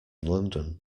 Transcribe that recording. london